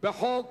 בחוק